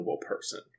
person